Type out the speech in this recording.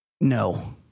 No